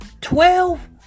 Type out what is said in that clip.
Twelve